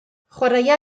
chwaraea